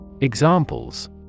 Examples